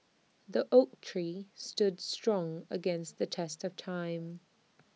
the oak tree stood strong against the test of time